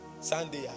Sunday